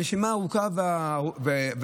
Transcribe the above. גם לנשימה הארוכה והעמוקה,